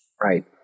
Right